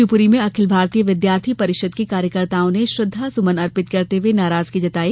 शिवपुरी में अखिल भारतीय विद्यार्थी परिषद के कार्यकर्ताओं ने श्रद्वा सुमन अर्पित करते हुये नाराजगी व्यक्त की